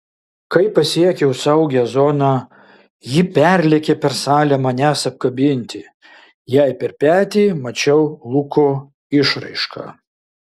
kai pasiekiau saugią zoną ji perlėkė per salę manęs apkabinti jai per petį mačiau luko išraišką